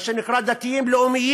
מה שנקרא דתיים-לאומיים,